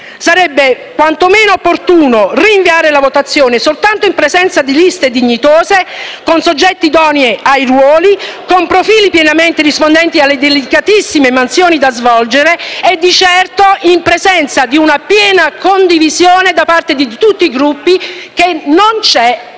sarebbe quantomeno opportuno rinviare la votazione soltanto in presenza di liste dignitose, con soggetti idonei ai ruoli, con profili pienamente rispondenti alle delicatissime mansioni da svolgere e di certo in presenza di una piena condivisione da parte di tutti i Gruppi che non c'è